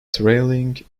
trailing